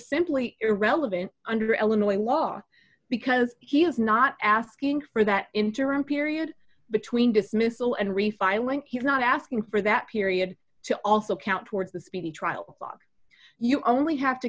simply irrelevant under illinois law because he is not asking for that interim period between dismissal and refiling he's not asking for that period to also count towards a speedy trial dog you only have to